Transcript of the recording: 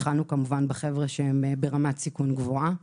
התחלנו עם האנשים ברמת סיכון גבוהה